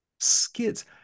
Skids